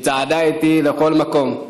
שצעדה איתי לכל מקום,